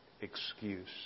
excuse